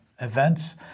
events